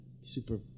super